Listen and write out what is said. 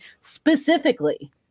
specifically